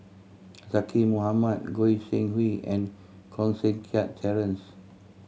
Zaqy Mohamad Goi Seng Hui and Koh Seng Kiat Terence